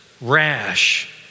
rash